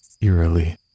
eerily